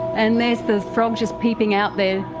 and there's the frog just peeping out there,